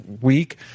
week